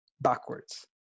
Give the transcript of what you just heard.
backwards